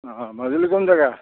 অ' মাজুলীৰ কোন জেগা